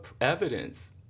evidence